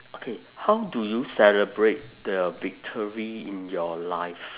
okay how do you celebrate the victory in your life